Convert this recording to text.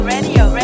Radio